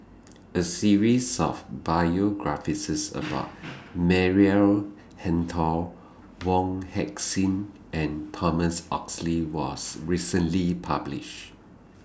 A series of biographies about Maria Hertogh Wong Heck Sing and Thomas Oxley was recently published